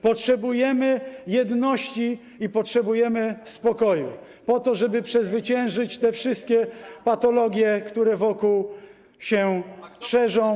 Potrzebujemy jedności i potrzebujemy spokoju, po to żeby przezwyciężyć te wszystkie patologie, które wokół się szerzą.